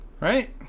Right